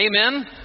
Amen